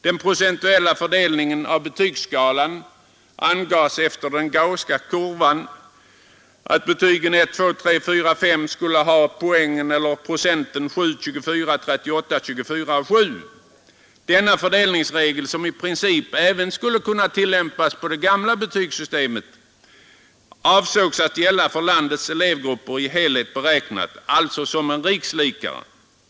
Den procentuella fördelningen av betygen angav enligt den Gausska kurvan: Denna fördelningsregel, som i princip även skulle kunna tillämpas på den tidigare betygsskalan, avsågs att gälla för elevgrupperna i landet i dess helhet, alltså som en rikslikare.